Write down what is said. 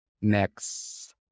next